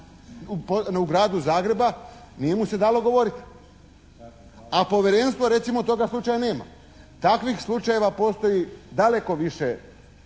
u gradu Zagrebu nije mu se dalo govoriti a povjerenstvo recimo toga slučaja nema. Takvih slučajeva postoji daleko više